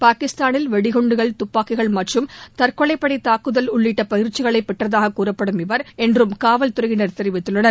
பாகிஸ்தானில் வெடிகுண்டுகள் துப்பாக்கிகள் மற்றும் தற்கொலைப்படைத் துக்குதல் உள்ளிட்ட பயிற்சிகளை பெற்றதாக கூறப்படும் இவர் என்றும் காவல் துறையினர் தெரிவித்துள்ளனர்